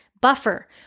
buffer